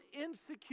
insecure